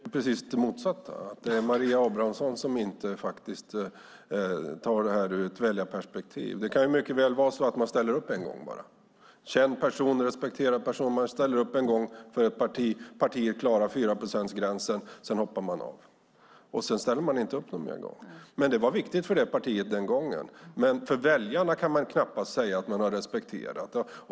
Herr talman! Jag tycker precis det motsatta, att det är Maria Abrahamsson som inte ser det här ur ett väljarperspektiv. Det kan ju mycket väl vara så att man bara ställer upp en gång. Som känd och respekterad person ställer man upp en gång för ett parti, partiet klarar fyraprocentsgränsen och sedan hoppar man av och ställer sedan inte upp någon mer gång. Det var viktigt för det partiet den gången, men väljarna kan man knappast säga att man har respekterat.